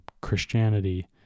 Christianity